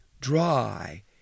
dry